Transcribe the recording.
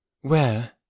Where